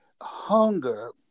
Hunger